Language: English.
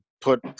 put